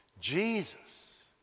Jesus